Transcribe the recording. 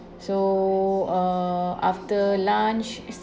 so uh after lunch